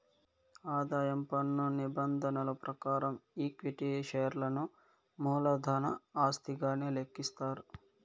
ఆదాయం పన్ను నిబంధనల ప్రకారం ఈక్విటీ షేర్లను మూలధన ఆస్తిగానే లెక్కిస్తారు